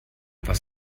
was